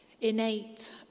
innate